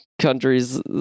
countries